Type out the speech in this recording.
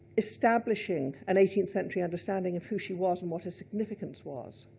establishing an eighteenth century understanding of who she was and what her significance was.